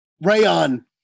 Rayon